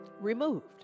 removed